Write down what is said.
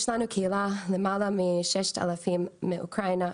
יש לנו קהילה למעלה מ-6,000 מאוקראינה,